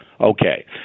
Okay